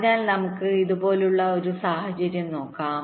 അതിനാൽ നമുക്ക് ഇതുപോലുള്ള ഒരു സാഹചര്യം നോക്കാം